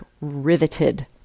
riveted